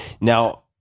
Now